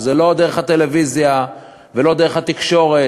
לא דרך הטלוויזיה ולא דרך התקשורת,